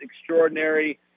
extraordinary